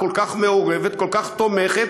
כוחה של ישראל תלוי באופן מוחלט בתמיכה